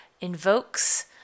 invokes